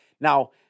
Now